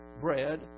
bread